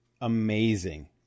amazing